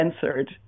censored